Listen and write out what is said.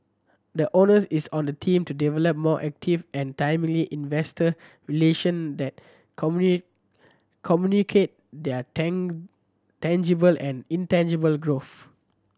the onus is on the team to develop more active and timely investor relation that communicate their tangible and intangible growth